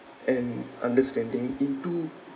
and understanding into